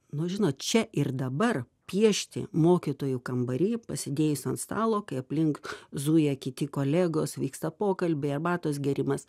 nu žinot čia ir dabar piešti mokytojų kambary pasidėjus ant stalo kai aplink zuja kiti kolegos vyksta pokalbiai arbatos gėrimas